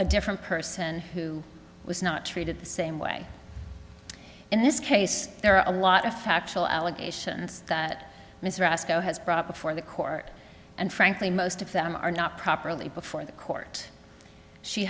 a different person who was not treated the same way in this case there are a lot of factual allegations that mr asco has brought before the court and frankly most of them are not properly before the court she